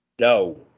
No